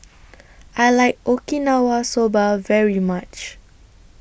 I like Okinawa Soba very much